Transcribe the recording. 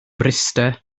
mryste